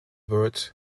word